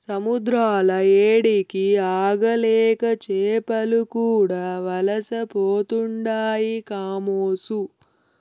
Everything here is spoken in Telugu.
సముద్రాల ఏడికి ఆగలేక చేపలు కూడా వలసపోతుండాయి కామోసు